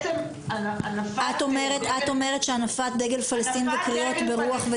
את אומרת שהנפת דגל פלסטין וקריאות: "ברוח,